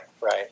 right